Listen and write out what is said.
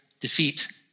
defeat